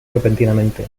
repentinamente